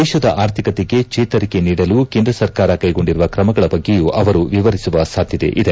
ದೇಶದ ಆರ್ಥಿಕತೆಗೆ ಚೇತರಿಕೆ ನೀಡಲು ಕೇಂದ್ರ ಸರ್ಕಾರ ಕೈಗೊಂಡಿರುವ ಕ್ರಮಗಳ ಬಗ್ಗೆಯೂ ಅವರು ವಿವರಿಸುವ ಸಾಧ್ಯತೆಯಿದೆ